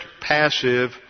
passive